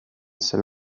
ser